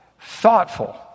thoughtful